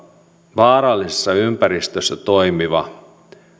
vaarallisessa ympäristössä toimiva